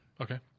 Okay